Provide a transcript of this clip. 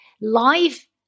life